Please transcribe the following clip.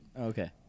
Okay